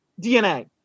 DNA